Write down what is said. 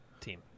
team